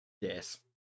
yes